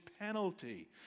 penalty